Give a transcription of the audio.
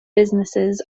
businesses